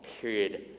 period